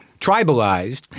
tribalized